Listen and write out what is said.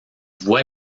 voit